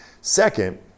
Second